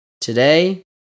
today